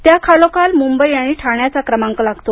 त्याखालोखाल मुंबई आणि ठाण्याचा क्रमांक लागतो